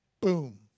Boom